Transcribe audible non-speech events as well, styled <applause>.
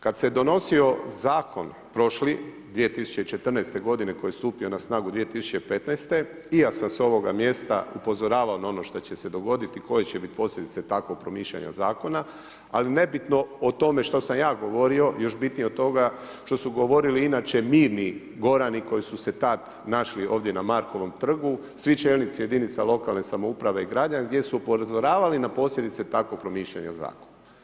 Kad se donosio zakon prošli, 2014. godine koji je stupio na snagu 2015. i ja sam s ovoga mjesta upozoravao na ono što će se dogoditi, koje će bit posljedice takvog promišljanja zakona, ali nebitno o tome što sam ja govorio, još bitnije od toga što su govorili inače mirni gorani koji su se tad našli ovdje na Markovom trgu, svi čelnici jedinica lokalne samouprave i ... <unintelligible> gdje su upozoravali na posljedice takvog promišljanja zakona.